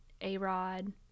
A-Rod